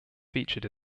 featured